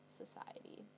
society